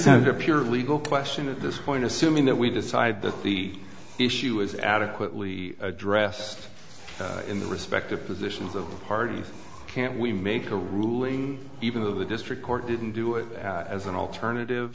a pure legal question at this point assuming that we decide that the issue is adequately addressed in the respective positions of parties can't we make a ruling even though the district court didn't do it as an alternative